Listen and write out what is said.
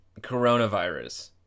Coronavirus